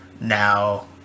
Now